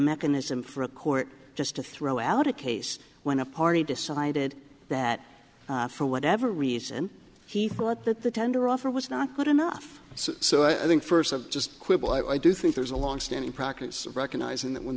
mechanism for a court just to throw out a case when a party decided that for whatever reason he thought that the tender offer was not good enough so i think first just quibble i do think there's a longstanding practice of recognising that when